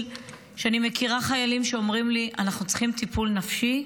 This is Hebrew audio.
אני מכירה חיילים שאומרים לי: אנחנו צריכים טיפול נפשי,